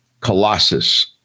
colossus